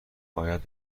باید